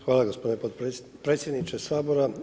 Hvala gospodine predsjedniče Sabora.